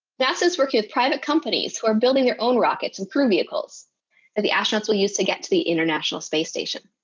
nasa is working with private companies who are building their own rockets and crew vehicles that the astronauts will use to get to the international space station.